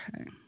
Okay